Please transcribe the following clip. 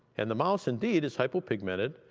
and the mouse indeed is hypopigmented,